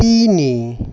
তিনি